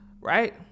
right